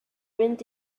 mynd